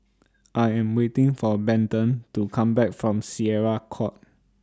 I Am waiting For Bethann to Come Back from Syariah Court